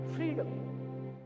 Freedom